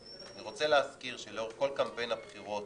אני רוצה להזכיר שלאורך כל קמפיין הבחירות